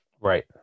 Right